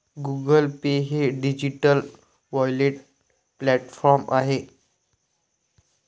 Google Pay हे digital wallet platform आहे